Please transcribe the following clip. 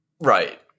Right